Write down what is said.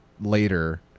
later